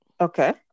Okay